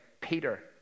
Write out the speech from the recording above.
Peter